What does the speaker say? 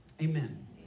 Amen